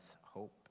hope